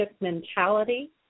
mentality